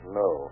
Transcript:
no